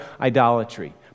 idolatry